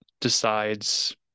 decides